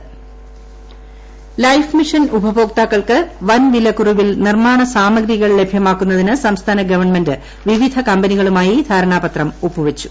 ധാരണാപത്രം ഒപ്പുവച്ചു life mission ഉപഭോക്താക്കൾക്ക് വൻ വിലക്കുറവിൽ നിർമ്മാണ സാമഗ്രികൾ ലഭ്യമാക്കുന്നതിന് സംസ്ഥാന ഗവൺമെന്റ് വിവിധ കമ്പനികളുമായി ധാരണാപത്രം ഒപ്പുവച്ചു